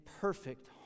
perfect